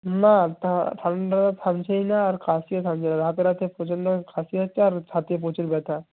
না ঠান্ডা থামছেই না আর কাশিও থামছে না রাতে রাতে প্রচণ্ড কাশি হচ্ছে আর ছাতিতে প্রচুর ব্যথা